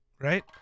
Right